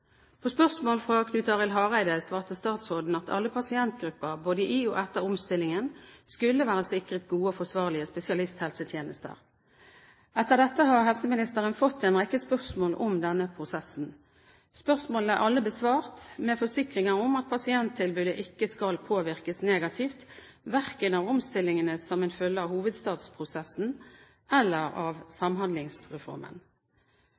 På spørsmål fra Knut Arild Hareide svarte statsråden at alle pasientgrupper, både i og etter omstillingen, skulle være sikret gode og forsvarlige spesialisthelsetjenester. Etter dette har helseministeren fått en rekke spørsmål om denne prosessen. Spørsmålene er alle besvart med forsikringer om at pasienttilbudet ikke skal påvirkes negativt, verken av omstillingene som en følge av hovedstadsprosessen eller av